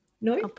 No